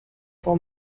for